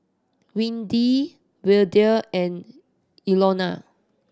Windy Verdell and Ilona